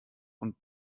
und